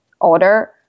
order